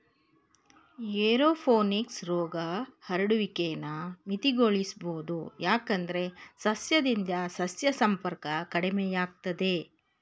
aeroponics ರೋಗ ಹರಡುವಿಕೆನ ಮಿತಿಗೊಳಿಸ್ಬೋದು ಯಾಕಂದ್ರೆ ಸಸ್ಯದಿಂದ ಸಸ್ಯ ಸಂಪರ್ಕ ಕಡಿಮೆಯಾಗ್ತದೆ